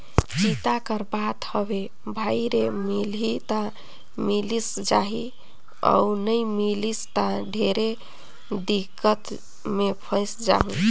चिंता कर बात हवे भई रे मिलही त मिलिस जाही अउ नई मिलिस त ढेरे दिक्कत मे फंयस जाहूँ